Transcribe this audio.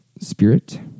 spirit